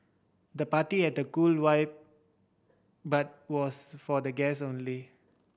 the party had a cool vibe but was for the guest only